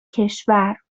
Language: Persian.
کشور